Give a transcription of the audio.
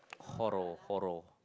horro horror